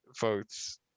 votes